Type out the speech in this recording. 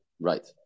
right